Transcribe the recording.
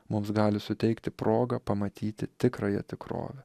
mums gali suteikti progą pamatyti tikrąją tikrovę